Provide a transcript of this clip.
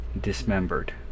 dismembered